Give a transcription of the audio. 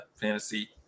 fantasy